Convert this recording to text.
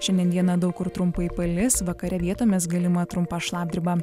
šiandien dieną daug kur trumpai palis vakare vietomis galima trumpa šlapdriba